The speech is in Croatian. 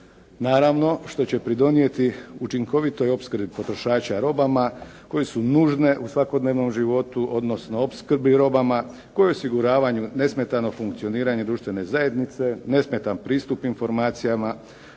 Naravno, što će pridonijeti učinkovitoj opskrbi potrošača robama koji su nužne u svakodnevnom životu odnosno opskrbi robama koje osiguravaju nesmetano funkcioniranje društvene zajednice, nesmetan pristup informacijama